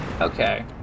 Okay